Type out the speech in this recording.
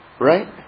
Right